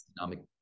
economic